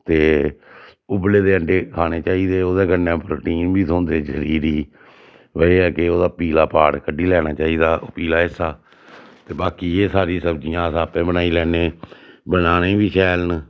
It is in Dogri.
ते उब्बले दे अण्डे खाने चाहिदे ओह्दे कन्नै प्रोटीन बी थ्होंदे शरीर गी बा एह् ऐ केह् ओह्दा पीला पार्ट कड्ढी लैना चाहिदा पीला हिस्सा ते बाकी एह् सारी सब्जियां अस आपें बनाई लैन्ने बनाने ई बी शैल न